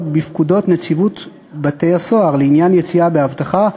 בפקודות נציבות בתי-הסוהר לעניין יציאה באבטחה,